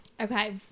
Okay